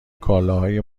کالاهای